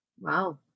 Wow